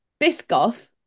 Biscoff